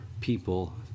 people